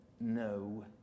no